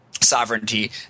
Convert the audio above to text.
sovereignty